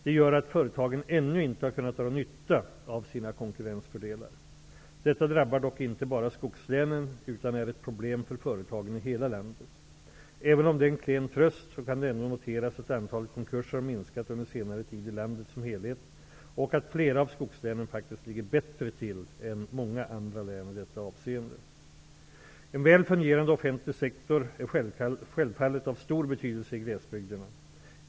Det gör att företagen ännu inte har kunnat dra nytta av sina konkurrensfördelar. Detta drabbar dock inte bara skogslänen, utan är ett problem för företagen i hela landet. Även om det är en klen tröst så kan det ändå noteras att antalet konkurser har minskat under senare tid i landet som helhet, och att flera av skogslänen faktiskt ligger bättre till än många andra län i detta avseende. En väl fungerande offentlig sektor är självfallet av stor betydelse i glesbygderna.